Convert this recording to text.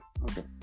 Okay